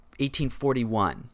1841